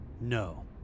No